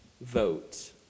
vote